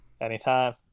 Anytime